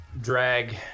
Drag